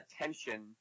attention